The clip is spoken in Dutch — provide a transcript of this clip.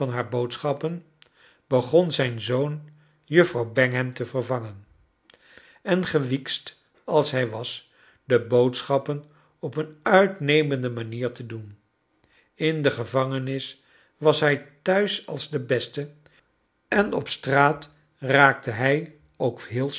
haar boodschappen begon zijn zoon juffrouw bangham te vervangen en gewikst als hij was de boodschappen op een uitnemende manier te doen in de gevangenis was hij thuis als de beste en op straat raakte hij ook heel